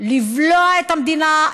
לבלוע את המדינה,